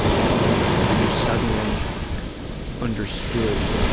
that moment, where you suddenly understood,